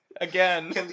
again